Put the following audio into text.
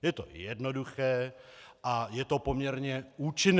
Je to jednoduché a je to poměrně účinné.